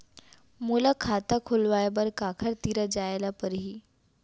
मोला खाता खोलवाय बर काखर तिरा जाय ल परही?